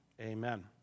amen